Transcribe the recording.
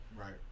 Right